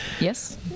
Yes